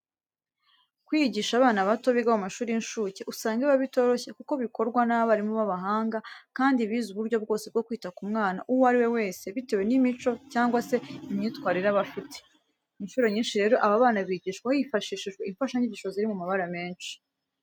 Kwigisha abana bato biga mu mashuri y'incuke usanga biba bitoroshye kuko bikorwa n'abarimu b'abahanga kandi bize uburyo bwose bwo kwita ku mwana uwo ari we wese bitewe n'imico cyangwa se imyitwarire aba afite. Incuro nyinshi rero, aba bana bigishwa hifashishijwe imfashanyigisho ziri mu mabara menshi.